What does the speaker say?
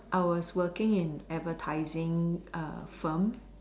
I was working in advertising firm